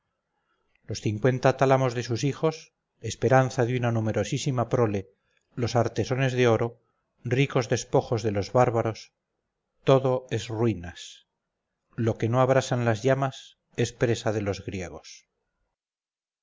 los cincuenta tálamos de sus hijos esperanza de una numerosísima prole los artesones de oro ricos despojos de los bárbaros todo es ruinas lo que no abrasan las llamas es presa de los griegos